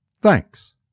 Thanks